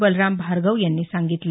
बलराम भार्गव यांनी सांगितलं